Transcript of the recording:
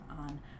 on